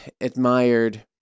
admired